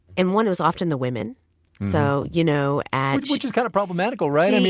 and one was often the women so you know and which is kind of problematical, right? and